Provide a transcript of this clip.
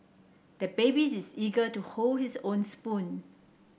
the baby is eager to hold his own spoon